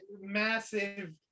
massive